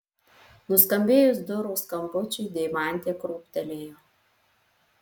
nuskambėjus durų skambučiui deimantė krūptelėjo